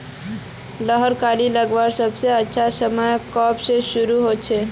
लहर कली लगवार सबसे अच्छा समय कब से शुरू होचए?